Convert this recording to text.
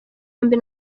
yombi